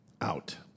out